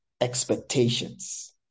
expectations